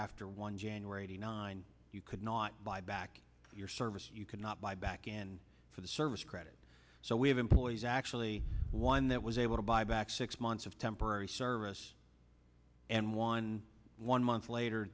after one january eighty nine you could not buy back your service you could not buy back in for the service credit so we have employees actually one that was able to buy back six months of temporary service and one one month later